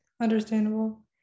understandable